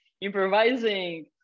improvising